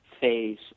phase